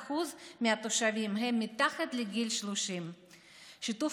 כ-55% מהתושבים הם מתחת לגיל 30. שיתוף